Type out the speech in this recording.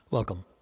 Welcome